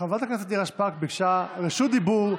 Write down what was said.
חברת הכנסת נירה שפק ביקשה רשות דיבור.